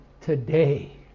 today